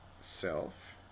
Self